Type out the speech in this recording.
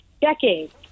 decades